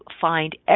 find